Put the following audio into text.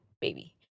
baby